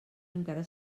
encara